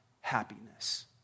happiness